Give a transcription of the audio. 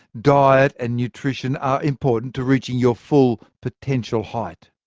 diet and nutrition are important to reaching your full potential height.